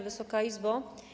Wysoka Izbo!